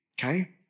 okay